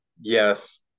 yes